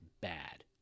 bad